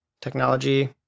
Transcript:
technology